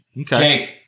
Okay